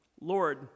Lord